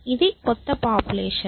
ఇది కొత్త పాపులేషన్